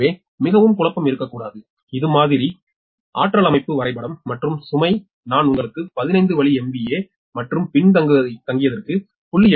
எனவே மிகவும் குழப்பம் இருக்கக்கூடாது இது மாதிரி சக்தி அமைப்பு வரைபடம் மற்றும் சுமை நான் உங்களுக்கு 15 வழி MVA மற்றும் பின்தங்கியதற்கு 0